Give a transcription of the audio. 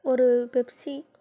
ஒரு பெப்சி